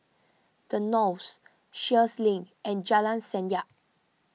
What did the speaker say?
the Knolls Sheares Link and Jalan Senyum